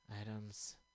Items